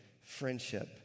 friendship